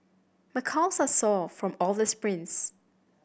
my calves are sore from all the sprints